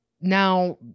Now